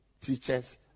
teachers